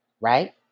right